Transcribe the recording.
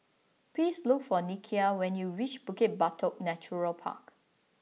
please look for Nikia when you reach Bukit Batok Natural Park